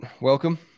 Welcome